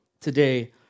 today